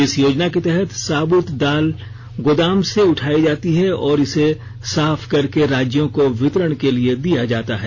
इस योजना के तहत साबुत दाल गोदाम से उठाई जाती है और इसे साफ करके राज्यों को वितरण के लिए दिया जाता है